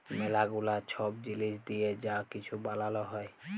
ম্যালা গুলা ছব জিলিস দিঁয়ে যা কিছু বালাল হ্যয়